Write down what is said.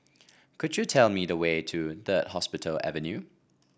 could you tell me the way to Third Hospital Avenue